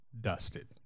Dusted